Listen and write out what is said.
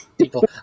People